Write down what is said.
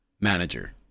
manager